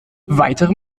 weitere